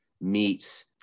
meets